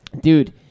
dude